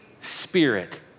Spirit